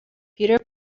peter